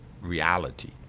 reality